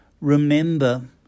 remember